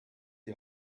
die